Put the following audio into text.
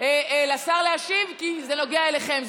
לשר להשיב כי זה נוגע אליכם.